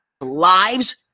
lives